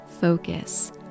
focus